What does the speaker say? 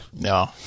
No